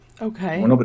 Okay